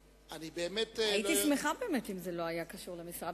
הייתי שמחה אם זה לא היה קשור למשרד